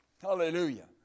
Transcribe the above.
Hallelujah